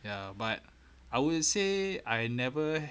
ya but I would say I never